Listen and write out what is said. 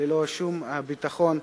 ללא שום ביטחון,